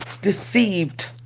deceived